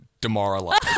demoralized